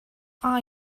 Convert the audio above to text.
are